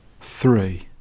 Three